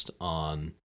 on